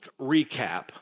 recap